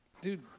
Dude